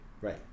right